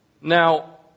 Now